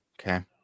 Okay